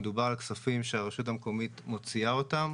מדובר על כספים שהרשות המקומית מוציאה אותם